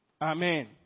Amen